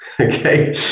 okay